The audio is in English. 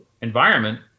environment